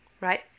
right